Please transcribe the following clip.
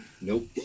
Nope